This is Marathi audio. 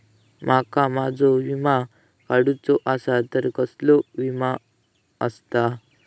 माका माझो विमा काडुचो असा तर कसलो विमा आस्ता?